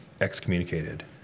excommunicated